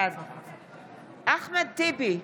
בעד אחמד טיבי,